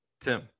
Tim